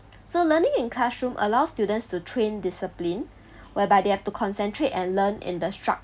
so learning in classroom allows students to train discipline whereby they have to concentrate and learn in the structured